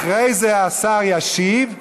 אחרי זה השר ישיב,